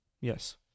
Yes